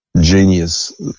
genius